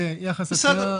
לעקר, להחליש את ההשפעה שלהם.